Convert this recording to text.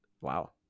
Wow